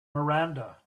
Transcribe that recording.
miranda